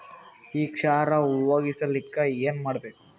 ಈ ಕ್ಷಾರ ಹೋಗಸಲಿಕ್ಕ ಏನ ಮಾಡಬೇಕು?